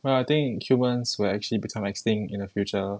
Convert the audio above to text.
well I think humans will actually become extinct in the future